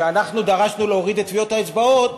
כשאנחנו דרשנו להוריד את טביעות האצבעות,